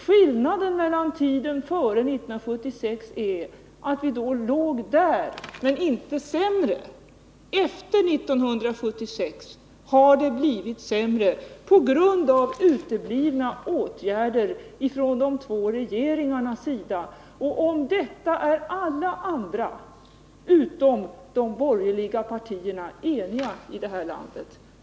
Skillnaden i förhållande till tiden före 1976 är att vi då låg just över den gränsen. Det är efter 1976 som försämringen skett på grund av att de två borgerliga regeringarna inte har vidtagit några åtgärder för att hålla bostadsbyggandet uppe. Om detta är alla i detta land utom de borgerliga partierna eniga.